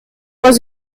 was